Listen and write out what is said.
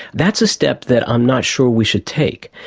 that's a step that i'm not sure we should take.